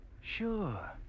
Sure